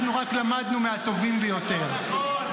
אנחנו רק למדנו מהטובים ביותר.